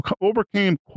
overcame